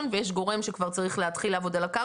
ויש גורם שכבר צריך להתחיל לעבוד על הקרקע.